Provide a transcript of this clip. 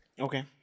Okay